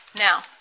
Now